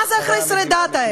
מה זה חסרי דת?